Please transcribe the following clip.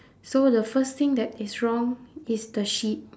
so the first thing that is wrong is the sheep